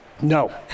No